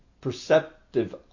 perceptive